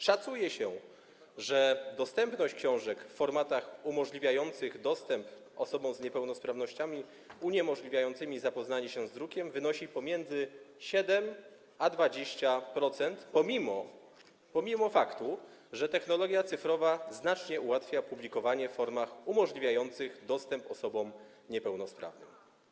Szacuje się, że dostępność książek w formatach umożliwiających dostęp osobom z niepełnosprawnościami uniemożliwiającymi zapoznawanie się z drukiem wynosi pomiędzy 7% a 20% pomimo faktu, że technologia cyfrowa znacznie ułatwia publikowanie w formatach umożliwiających dostęp osobom niepełnosprawnym.